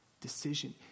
decision